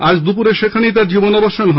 আজ দুপুরে সেখানেই তাঁর জীবনাবসান হয়